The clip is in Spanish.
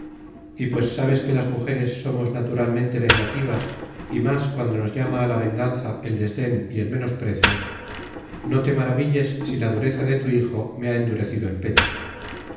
y pues sabes que las mujeres somos naturalmente vengativas y más cuando nos llama a la venganza el desden y el menosprecio no te maravilles si la dureza de tu hijo me ha endurecido el pecho